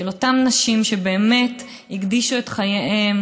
של אותן נשים שבאמת הקדישו את חייהן,